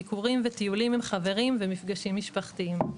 ביקורים וטיולים עם חברים ומפגשים משפחתיים.